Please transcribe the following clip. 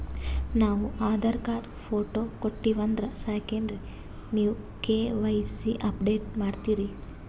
ನಾವು Aadhaar card, photo ಕೊಟ್ಟೀವಂದ್ರ ಸಾಕೇನ್ರಿ ನೀವ ಕೆ.ವೈ.ಸಿ ಅಪಡೇಟ ಮಾಡ್ತೀರಿ?